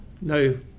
no